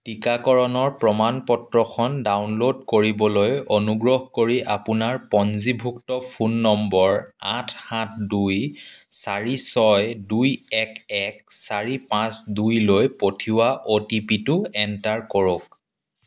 টীকাকৰণৰ প্ৰমাণ পত্ৰখন ডাউনল'ড কৰিবলৈ অনুগ্ৰহ কৰি আপোনাৰ পঞ্জীভুক্ত ফোন নম্বৰ আঠ সাত দুই চাৰি ছয় দুই এক এক চাৰি পাঁচ দুই লৈ পঠিওৱা অ' টি পি টো এণ্টাৰ কৰক